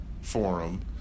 forum